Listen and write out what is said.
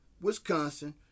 Wisconsin